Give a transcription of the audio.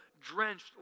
drenched